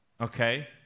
okay